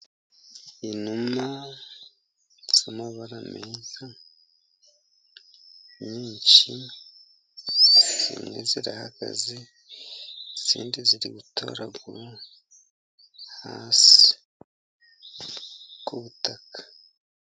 Inuma z'amabara meza nyinshi, zimwe zirahagaze izindi ziri gutoragura hasi ku butaka.